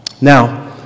Now